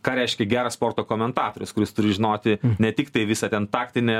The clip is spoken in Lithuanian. ką reiškia geras sporto komentatorius kuris turi žinoti ne tiktai visą ten taktinę